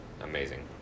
amazing